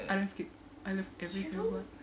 I don't skip I love everything about it